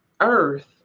Earth